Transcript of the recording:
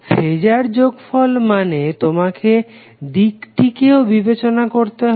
phasor যোগফল মানে তোমাকে দিকটিকেও বিবেচনা করতে হবে